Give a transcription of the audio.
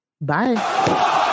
Bye